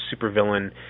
supervillain